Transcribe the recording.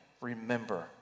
remember